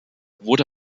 wurde